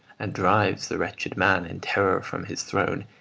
and drives the wretched man in terror from his throne,